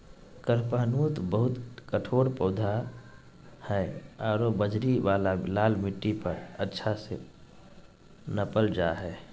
कडपहनुत बहुत कठोर पौधा हइ आरो बजरी वाला लाल मिट्टी पर अच्छा से पनप जा हइ